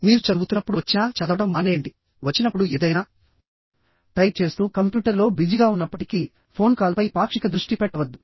మీరు చదువుతున్నప్పుడు వచ్చినాచదవడం మానేయండి వచ్చినప్పుడు ఏదైనా టైప్ చేస్తూ కంప్యూటర్లో బిజీగా ఉన్నప్పటికీ ఫోన్ కాల్పై పాక్షిక దృష్టి పెట్టవద్దు